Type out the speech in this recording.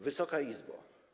Wysoka Izbo!